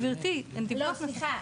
גברתי -- סליחה,